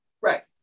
right